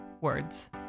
words